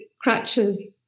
crutches